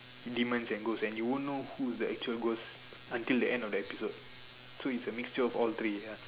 demons and ghost and you wont know who's the actual ghost until the end of the episode so its a mixture of all three ya